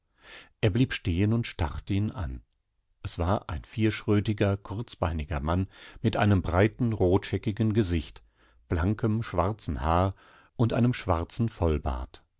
er blieb stehen und starrte ihn an es war ein vierschrötiger kurzbeiniger mann mit einem breiten rotscheckigen gesicht blankem schwarzem haar und einem schwarzen vollbart